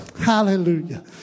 Hallelujah